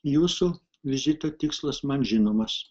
jūsų vizito tikslas man žinomas